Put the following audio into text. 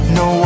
no